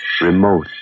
remote